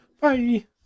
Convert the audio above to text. Bye